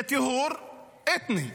זה טיהור אתני.